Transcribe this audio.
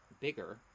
bigger